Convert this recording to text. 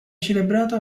celebrata